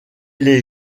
les